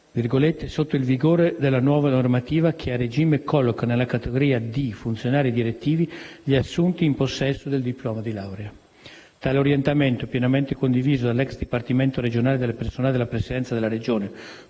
«sotto il vigore della nuova normativa che a regime colloca nella categoria D - funzionari direttivi - gli assunti in possesso del diploma di laurea». Tale orientamento, pienamente condiviso dall'ex dipartimento regionale del personale della Presidenza della Regione,